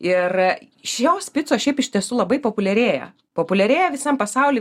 ir šios picos šiaip iš tiesų labai populiarėja populiarėja visam pasauly